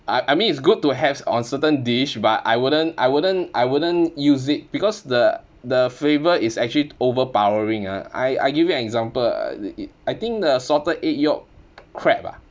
I I mean it's good to have on certain dish but I wouldn't I wouldn't I wouldn't use it because the the flavour is actually overpowering ah I I give you example uh I think the salted egg yolk crab ah